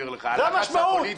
הלחץ הפוליטי